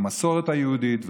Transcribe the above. למסורת היהודית.